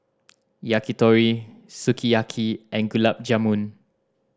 Yakitori Sukiyaki and Gulab Jamun